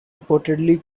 reportedly